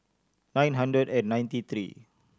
nine hundred and ninety three